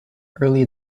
early